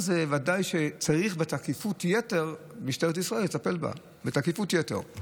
ודאי שמשטרת ישראל צריכה לטפל בתקיפות יתר.